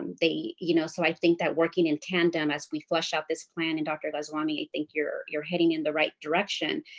um they you know, so i think that working in tandem as we flesh out this plan and dr. goswami, i think you're you're heading in the right direction.